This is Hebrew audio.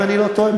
אם אני לא טועה,